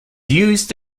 used